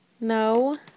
No